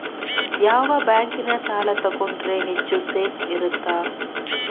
ಯಾವ ಬ್ಯಾಂಕಿನ ಸಾಲ ತಗೊಂಡ್ರೆ ಹೆಚ್ಚು ಸೇಫ್ ಇರುತ್ತಾ?